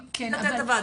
זה עניין של שיח,